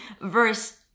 verse